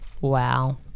Wow